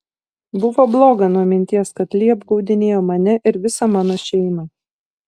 buvo bloga nuo minties kad lee apgaudinėjo mane ir visą mano šeimą